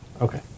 Okay